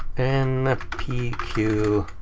and p q,